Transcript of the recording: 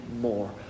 more